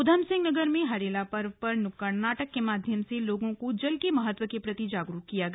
उधमसिंह नगर में हरेला पर्व पर नुक्कड़ नाटक के माध्यम से लोगों को जल के महत्व के प्रति जागरूक किया गया